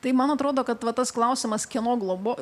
tai man atrodo kad va tas klausimas kieno globa